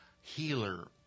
healer